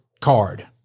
card